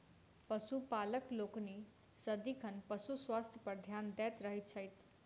पशुपालक लोकनि सदिखन पशु स्वास्थ्य पर ध्यान देने रहैत छथि